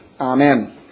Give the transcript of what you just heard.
Amen